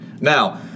Now